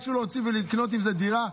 וירצו להוציא ולקנות עם זה דירה,